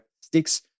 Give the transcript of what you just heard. sticks